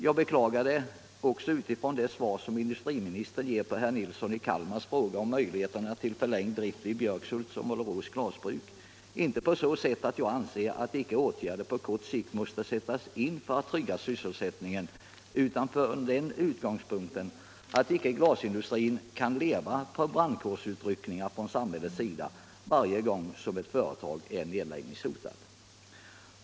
Jag beklagar det också med tanke på det svar som industriministern ger på herr Nilssons i Kalmar fråga om möjligheter till förlängd drift vid Björkhults och Målerås glasbruk — inte på så sätt att jag icke anser att åtgärder på kort sikt måste sättas in för att trygga sysselsättningen, utan från den utgångspunkten att glasindustrin icke kan leva på brandkårsutryckningar från samhällets sida varje gång som ett företag är nedläggningshotat.